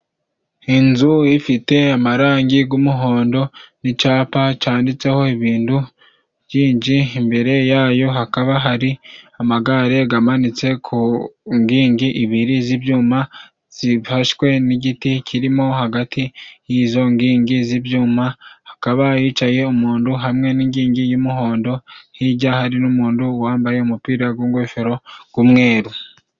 Inzu ifite amarangi g'umuhondo n'icyapa cyanditseho ibintu byinshi, imbere yayo hakaba hari amagare gamanitse ku nkingi ibiri z'ibyuma zifashwe n'igiti kirimo hagati y'izo nkingi z'ibyuma, hakaba hicaye umuntu hamwe n'inkingi y'umuhondo, hijya hari umuntu wambaye umupira w'ingofero g'umweru.